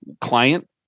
client